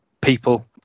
people